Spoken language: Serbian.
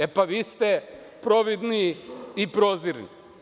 E, pa, vi ste providni i prozirni.